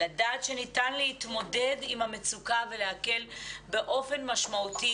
לדעת שניתן להתמודד עם המצוקה ולהקל באופן משמעותי